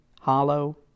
hollow